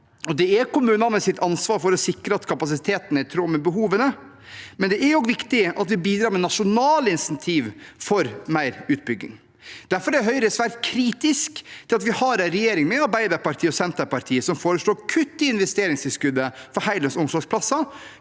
Det er kommunenes ansvar å sikre at kapasiteten er i tråd med behovene, men det er også viktig at vi bidrar med nasjonale insentiv for mer utbygging. Derfor er Høyre svært kritisk til at vi har en regjering, med Arbeiderpartiet og Senterpartiet, som foreslår kutt i investeringstilskuddet til heldøgns omsorgsplasser,